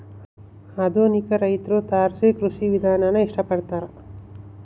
ಆಧುನಿಕ ರೈತ್ರು ತಾರಸಿ ಕೃಷಿ ವಿಧಾನಾನ ಇಷ್ಟ ಪಡ್ತಾರ